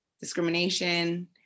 discrimination